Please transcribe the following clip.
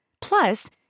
Plus